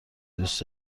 دوس